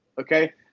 okay